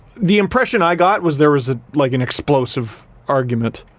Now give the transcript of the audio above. the impression i got was there was a like an explosive argument.